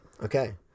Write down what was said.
okay